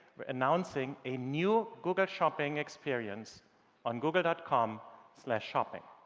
we're announcing a new google shopping experience on google com so shopping